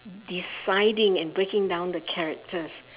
deciding and breaking down the characters